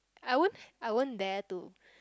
I won't I won't dare to